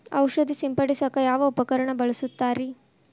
ಔಷಧಿ ಸಿಂಪಡಿಸಕ ಯಾವ ಉಪಕರಣ ಬಳಸುತ್ತಾರಿ?